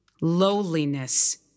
lowliness